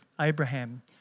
Abraham